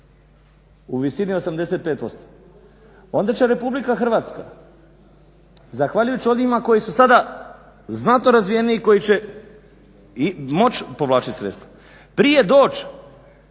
u visini 85% onda će RH zahvaljujući onima koji su sada znatno razvijeniji i koji će moći povlačiti sredstva prije doći